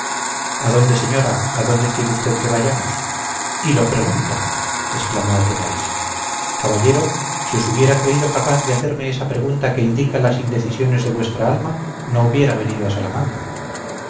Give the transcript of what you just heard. a dónde señora a dónde quiere usted que vayamos y lo pregunta exclamó athenais caballero si os hubiera creído capaz de hacerme esa pregunta que indica las indecisiones de vuestra alma no hubiera venido a salamanca